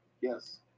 Yes